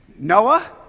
Noah